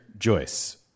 Joyce